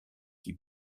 qui